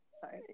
Sorry